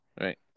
Right